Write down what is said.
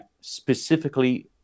specifically